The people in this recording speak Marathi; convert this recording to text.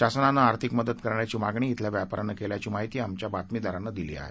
शासनानं आर्थिक मदत करण्याची मागणी खिल्या व्यापाऱ्यांनी केल्याची माहिती आमच्या बातमीदारानं दिली आहे